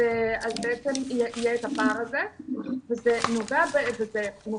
אז בעצם יהיה את הפער הזה וזה מופיע